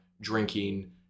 drinking